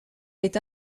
est